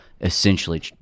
essentially